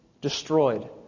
destroyed